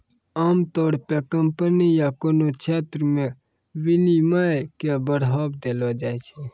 आमतौर पे कम्पनी या कोनो क्षेत्र मे विनियमन के बढ़ावा देलो जाय छै